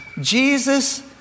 Jesus